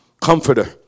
comforter